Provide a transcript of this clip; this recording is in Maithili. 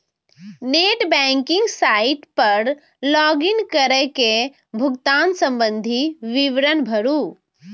नेट बैंकिंग साइट पर लॉग इन कैर के भुगतान संबंधी विवरण भरू